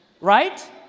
Right